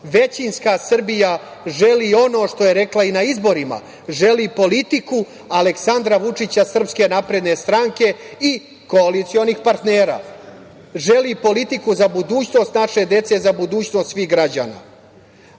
Većinska Srbija želi ono što je rekla i na izborima, želi politiku Aleksandra Vučića, SNS i koalicionih partnera. Želi politiku za budućnost naše dece, za budućnost svih građana. Ta